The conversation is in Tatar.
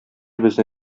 безне